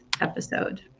episode